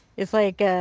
it's like, ah,